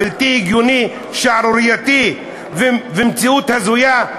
בלתי הגיוני, שערורייתי, ומציאות הזויה.